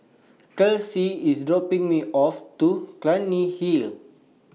Kelsey IS dropping Me off At Clunny Hill